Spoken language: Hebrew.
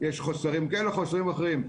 יש חסרים כאלה וחסרים אחרים.